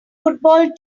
football